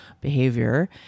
behavior